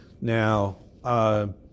Now